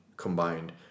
combined